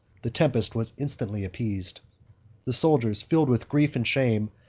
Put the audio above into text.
the tempest was instantly appeased the soldiers, filled with grief and shame,